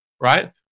right